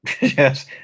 Yes